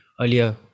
earlier